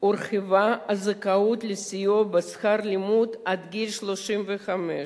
הורחבה הזכאות לסיוע בשכר לימוד עד לגיל 35,